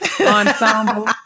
ensemble